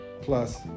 plus